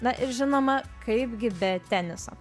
na ir žinoma kaipgi be teniso